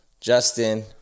Justin